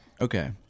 Okay